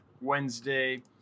wednesday